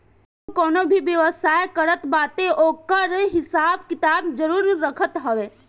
केहू कवनो भी व्यवसाय करत बाटे ओकर हिसाब किताब जरुर रखत हवे